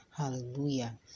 Hallelujah